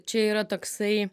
čia yra toksai